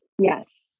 Yes